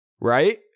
right